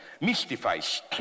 mystifies